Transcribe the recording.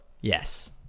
Yes